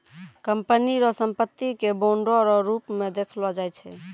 company रो संपत्ति के बांडो रो रूप मे देखलो जाय छै